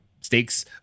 stakes